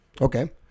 Okay